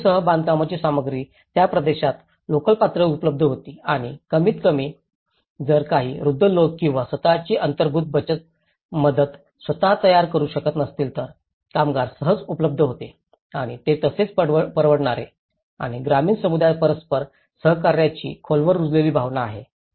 बांबूसह बांधकामाची सामग्री त्या प्रदेशात लोकल पातळीवर उपलब्ध होती आणि कमीतकमी जर काही वृद्ध लोक किंवा स्वत ची अंगभूत बचत मदत स्वत तयार करु शकत नसतील तर कामगार सहज उपलब्ध होते आणि ते तसेच परवडणारे आणि ग्रामीण समुदाय परस्पर सहकार्याची खोलवर रुजलेली भावना आहे